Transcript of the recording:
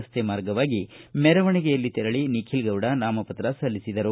ರಸ್ತೆ ಮಾರ್ಗವಾಗಿ ಮೆರವಣಿಗೆಯಲ್ಲಿ ತೆರಳಿ ನಿಖಿಲ್ಗೌಡ ನಾಮಪತ್ರ ಸಲ್ಲಿಸಿದರು